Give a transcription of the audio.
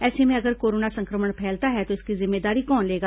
ऐसे में अगर कोरोना संक्रमण फैलता है तो इसकी जिम्मेदारी कौन लेगा